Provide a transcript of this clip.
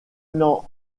n’en